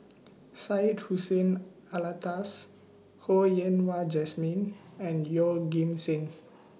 Syed Hussein Alatas Ho Yen Wah Jesmine and Yeoh Ghim Seng